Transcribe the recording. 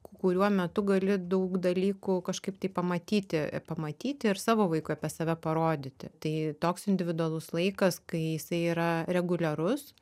kuriuo metu gali daug dalykų kažkaip tai pamatyti pamatyti ir savo vaikui apie save parodyti tai toks individualus laikas kai jisai yra reguliarus